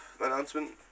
announcement